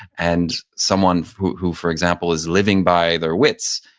and someone who who for example, is living by their wits,